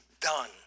done